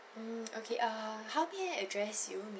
mm okay err how may I address you